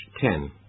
ten